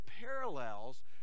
parallels